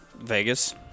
Vegas